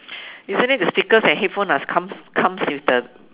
isn't it the speakers and headphones must come comes with the